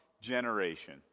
generation